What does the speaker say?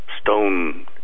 stone